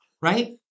Right